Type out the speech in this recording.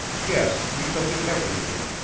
yes, we shall be everything,